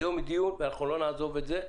היום מתקיים דיון ואנחנו לא נעזוב את זה.